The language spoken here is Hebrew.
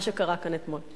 מה שקרה כאן השבוע.